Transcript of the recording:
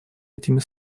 этими